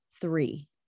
three